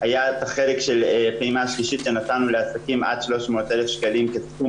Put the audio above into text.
היה את החלק של פעימה שלישית שנתנו לעסקים עד 300,000 שקלים כסכום